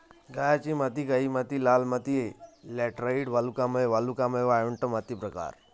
गाळाची माती काळी माती लाल माती लॅटराइट वालुकामय वालुकामय वाळवंट माती प्रकार